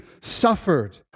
suffered